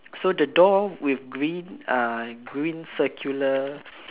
so the door with green uh green circular